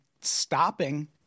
stopping